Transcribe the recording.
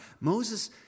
Moses